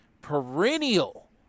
perennial